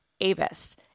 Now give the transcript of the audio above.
Avis